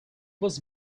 was